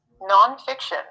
nonfiction